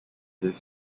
this